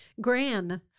Gran